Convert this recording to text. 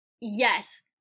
Yes